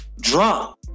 drunk